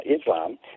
Islam